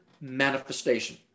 manifestation